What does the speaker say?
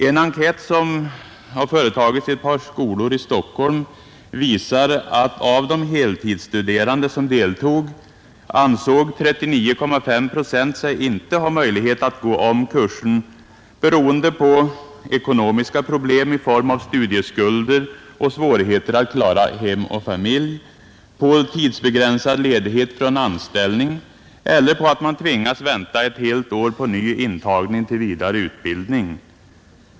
En enkät som företagits vid ett par skolor i Stockholm visar att av de heltidsstuderande som deltog anser 39,5 procent sig inte ha möjlighet att gå om kursen, beroende på ekonomiska problem i form av studieskulder och svårigheter att klara hem och familj, beroende på tidsbegränsad ledighet från anställning eller på att man tvingades vänta ett helt år på ny intagning till vidare utbildning.